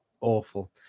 awful